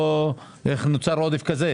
איך נוצר עודף כזה?